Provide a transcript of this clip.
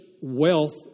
wealth